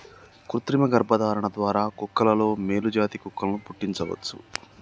కృతిమ గర్భధారణ ద్వారా కుక్కలలో మేలు జాతి కుక్కలను పుట్టించవచ్చు